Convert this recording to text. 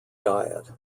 diet